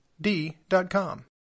D.com